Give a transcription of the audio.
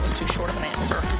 too short of an answer.